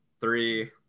three